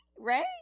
Right